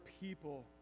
people